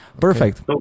perfect